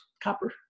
copper